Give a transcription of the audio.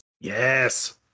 Yes